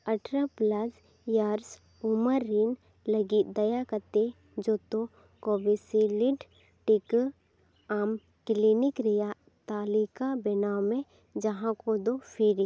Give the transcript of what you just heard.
ᱟᱴᱷᱮᱨᱚ plus years ᱩᱢᱟᱹᱨ ᱨᱤᱱ ᱞᱟᱹᱜᱤᱫ ᱫᱟᱭᱟ ᱠᱟᱛᱮᱫ ᱡᱚᱛᱚ ᱠᱳᱵᱷᱤᱥᱤᱞᱤᱰ ᱴᱤᱠᱟᱹ ᱟᱢ ᱠᱞᱤᱱᱤᱠ ᱨᱮᱭᱟᱜ ᱛᱟᱞᱤᱠᱟ ᱵᱮᱱᱟᱣᱢᱮ ᱡᱟᱦᱟᱸᱠᱚᱫᱚ ᱯᱷᱤᱨᱤ